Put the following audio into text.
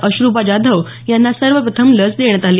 अश्रूबा जाधव यांना सर्वप्रथम लस देण्यात आली